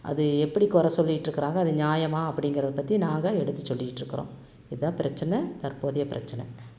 அது எப்படி கொறை சொல்லிட்ருக்கிறாங்க அது நியாயமா அப்டிங்கிறத பற்றி நாங்கள் எடுத்துச் சொல்லிட்ருக்கிறோம் இதான் பிரச்சனை தற்போதைய பிரச்சனை